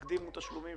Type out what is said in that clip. תקדימו תשלומים,